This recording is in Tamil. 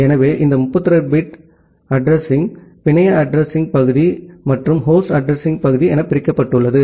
எனவே இந்த 32 பிட் அட்ரஸிங் பிணைய அட்ரஸிங்பகுதி மற்றும் ஹோஸ்ட் அட்ரஸிங் பகுதி என பிரிக்கப்பட்டுள்ளது